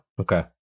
Okay